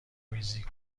میزی